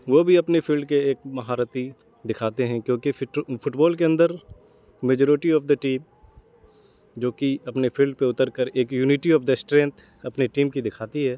وہ بھی اپنے فیلڈ کے ایک مہارتی دکھاتے ہیں کیونکہ فٹ بال کے اندر میجورٹی آف دا ٹیم جو کہ اپنے فیلڈ پہ اتر کر ایک یونیٹی آف دا اسٹرینتھ اپنے ٹیم کی دکھاتی ہے